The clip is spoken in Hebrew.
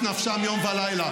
הם סיכנו את נפשם יום ולילה.